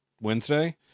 Wednesday